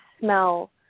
smell